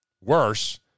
Worse